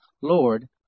Lord